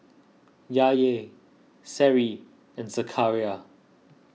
Yahya Seri and Zakaria